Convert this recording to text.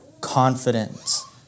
confidence